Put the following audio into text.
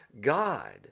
God